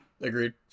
agreed